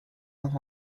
saint